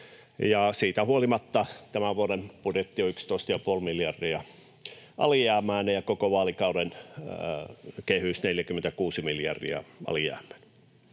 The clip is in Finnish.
siitä huolimatta tämän vuoden budjetti on 11,5 miljardia alijäämäinen ja koko vaalikauden kehys 46 miljardia alijäämäinen.